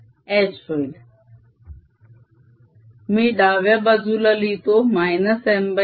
H होईल मी डाव्या बाजूला लिहितो M3